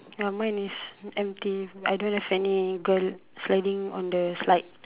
ya mine is empty I don't have any girl sliding on the slide